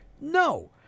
No